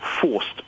forced